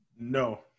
No